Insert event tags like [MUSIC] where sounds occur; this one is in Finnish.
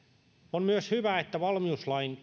on myös hyvä että valmiuslain [UNINTELLIGIBLE]